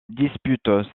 dispute